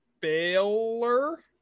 Baylor